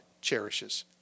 cherishes